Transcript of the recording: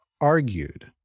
argued